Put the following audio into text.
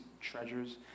treasures